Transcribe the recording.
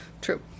true